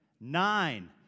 nine